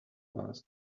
fast